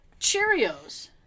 Cheerios